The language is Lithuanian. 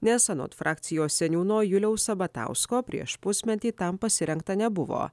nes anot frakcijos seniūno juliaus sabatausko prieš pusmetį tam pasirengta nebuvo